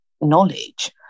knowledge